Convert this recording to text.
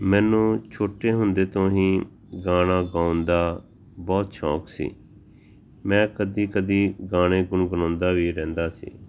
ਮੈਨੂੰ ਛੋਟੇ ਹੁੰਦੇ ਤੋਂ ਹੀ ਗਾਣਾ ਗਾਉਣ ਦਾ ਬਹੁਤ ਸ਼ੌਂਕ ਸੀ ਮੈਂ ਕਦੇ ਕਦੇ ਗਾਣੇ ਗੁਣਗੁਣਾਉਂਦਾ ਵੀ ਰਹਿੰਦਾ ਸੀ